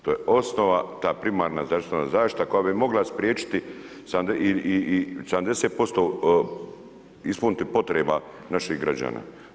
To je osnova, ta primarna zdravstvena zaštita koja bi mogla spriječiti i 70% ispuniti potreba naših građana.